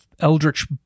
Eldritch